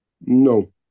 no